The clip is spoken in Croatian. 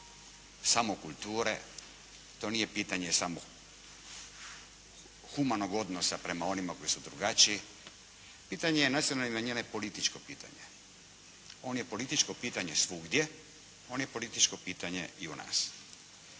samo kulture. To nije pitanje samo humanog odnosa prema onima koji su drugačiji. Pitanje nacionalnih manjina je i političko pitanje. On je političko pitanje svugdje, on je političko pitanje i u nas.